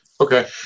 Okay